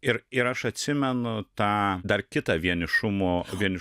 ir ir aš atsimenu tą dar kitą vienišumo vieni